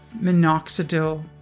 minoxidil